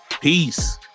Peace